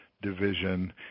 Division